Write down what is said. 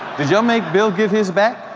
did ya'll make bill give his back?